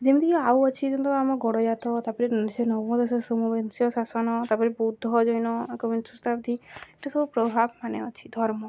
ଯେମିତିକି ଆଉ ଅଛି ଯେମିତିକି ଆମ ଗଡ଼ଜାତ ତାପରେ ସେ ନବେ ଦଶକ ଉନବିଂଶ ଶାସନ ତାପରେ ବୁଦ୍ଧ ଜୈନ ଏକବିଂଶ ଶତାବ୍ଦୀ ଏଟା ସବୁ ପ୍ରଭାବ ମାନେ ଅଛି ଧର୍ମ